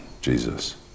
Jesus